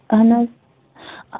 اَہن حظ